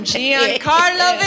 Giancarlo